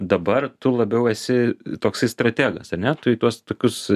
dabar tu labiau esi toksai strategas ar ne tu į tuos tokius